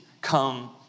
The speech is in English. come